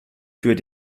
für